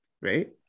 Right